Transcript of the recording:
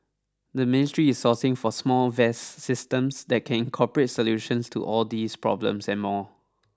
the ministry is sourcing for small vest systems that can incorporate solutions to all these problems and more